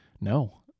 No